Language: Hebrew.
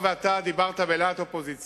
משטרת התנועה לא פועלת בערים.